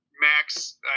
Max